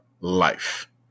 life